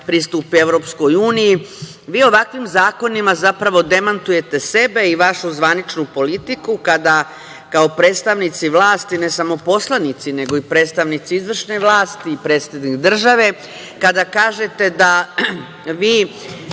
pristupi EU. Vi ovakvim zakonima, zapravo demantujete sebe i vašu zvaničnu politiku, kada kao predstavnici vlasti, ne samo poslanici, nego i predstavnici izvršne vlasti i predstavnik države kada kažete da vi